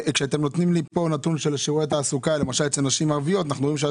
אתם נותנים פה נתון של שיעורי תעסוקה אצל נשים ערביות ורואים שהוא